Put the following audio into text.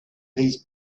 these